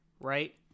right